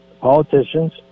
politicians